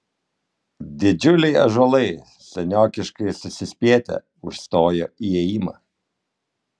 didžiuliai ąžuolai seniokiškai susispietę užstojo įėjimą